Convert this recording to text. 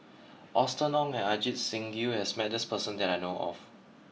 Austen Ong and Ajit Singh Gill has met this person that I know of